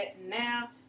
now